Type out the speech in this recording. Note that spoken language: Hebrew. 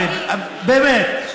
ובאמת,